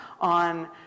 on